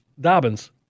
Dobbins